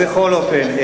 בכל אופן,